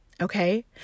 Okay